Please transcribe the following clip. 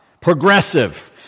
Progressive